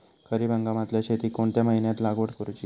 खरीप हंगामातल्या शेतीक कोणत्या महिन्यात लागवड करूची?